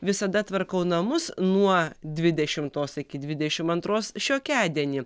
visada tvarkau namus nuo dvidešimtos iki dvidešim antros šiokiadienį